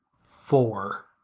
four